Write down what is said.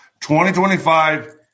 2025